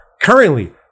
currently